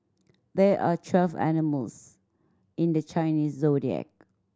there are twelve animals in the Chinese Zodiac